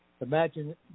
Imagine